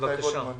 גיא גולדמן.